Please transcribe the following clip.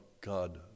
God